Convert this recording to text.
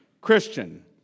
Christian